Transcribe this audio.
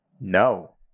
No